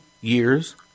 years